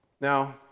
Now